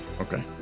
Okay